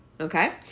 Okay